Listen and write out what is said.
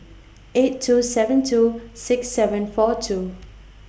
eight two seven two six seven four two